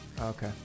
Okay